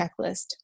checklist